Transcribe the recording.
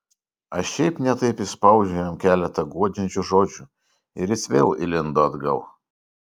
aš šiaip ne taip išspaudžiau jam keletą guodžiančių žodžių ir jis vėl įlindo atgal